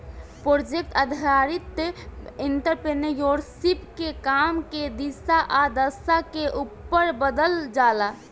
project आधारित entrepreneurship के काम के दिशा आ दशा के उपर बदलल जाला